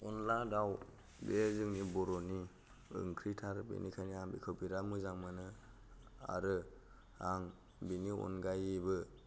अनद्ला दाउ बे जोंनि बर'नि ओंख्रिथार बेनिखायनो आं बेखौ बिराद मोजां मोनो आरो आं बेनि अनगायैबो